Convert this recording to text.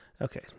Okay